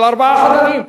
של ארבעה חדרים,